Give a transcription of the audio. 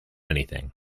anything